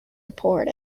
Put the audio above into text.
report